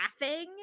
laughing